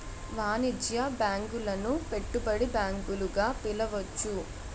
వాణిజ్య బ్యాంకులను పెట్టుబడి బ్యాంకులు గా పిలవచ్చు